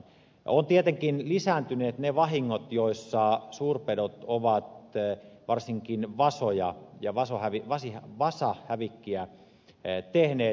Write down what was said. nyt ovat tietenkin lisääntyneet ne vahingot joissa suurpedot ovat varsinkin vasahävikkiä tehneet